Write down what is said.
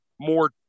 more